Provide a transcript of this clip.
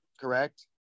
correct